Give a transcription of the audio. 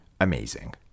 amazing